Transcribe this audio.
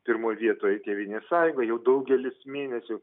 pirmoj vietoj tėvynės sąjunga jau daugelis mėnesių